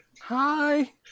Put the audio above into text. Hi